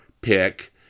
pick